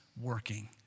working